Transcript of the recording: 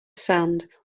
sand